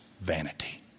vanity